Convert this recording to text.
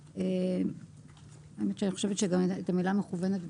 אני חושבת שאת המילה מכוונת,